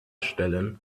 stellen